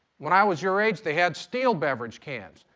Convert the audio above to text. when i was your age, they had steel beverage cans.